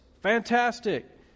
Fantastic